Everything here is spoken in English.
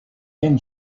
can